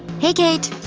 hey kate!